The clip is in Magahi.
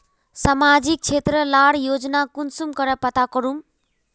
सामाजिक क्षेत्र लार योजना कुंसम करे पता करूम?